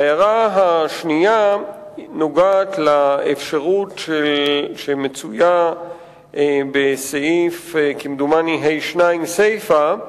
ההערה השנייה נוגעת לאפשרות שמצויה בסעיף 1(2)(א) סיפא,